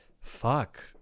fuck